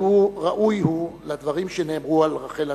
ראוי הוא לדברים שנאמרו על רחל עצמה: